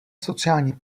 sociální